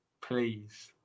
Please